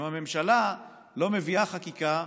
אם הממשלה לא מביאה חקיקה,